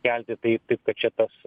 kelti tai taip kad čia tas